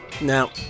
Now